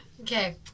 Okay